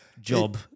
job